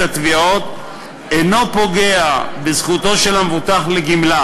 התביעות אינו פוגע בזכותו של המבוטח לגמלה,